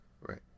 Right